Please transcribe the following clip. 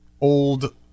old